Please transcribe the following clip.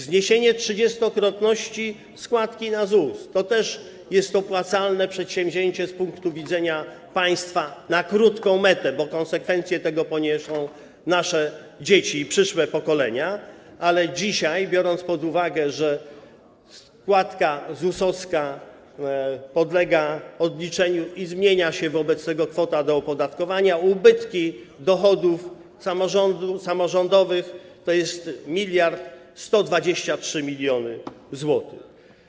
Zniesienie 30-krotności składki na ZUS to też jest przedsięwzięcie opłacalne z punktu widzenia państwa na krótką metę, bo konsekwencje tego poniosą nasze dzieci i przyszłe pokolenia, ale dzisiaj, biorąc pod uwagę, że składka ZUS-owska podlega odliczeniu i zmienia się wobec tego kwota do opodatkowania, ubytki dochodów samorządowych to jest 1123 mln zł.